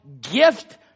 gift